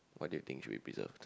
what do you think should be preserved